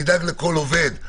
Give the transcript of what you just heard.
נדאג לכל עובד.